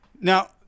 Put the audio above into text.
Now